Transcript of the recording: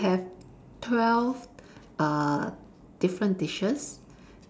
they have twelve uh different dishes